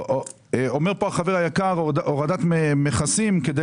אומר פה החבר היקר שיש הורדת מכסים כדי